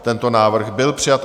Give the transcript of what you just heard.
Tento návrh byl přijat.